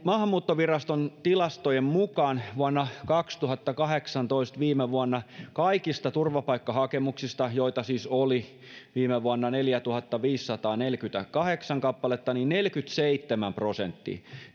maahanmuuttoviraston tilastojen mukaan vuonna kaksituhattakahdeksantoista viime vuonna kaikista turvapaikkahakemuksista joita siis oli viime vuonna neljätuhattaviisisataaneljäkymmentäkahdeksan kappaletta neljäkymmentäseitsemän prosenttia